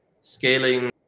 scaling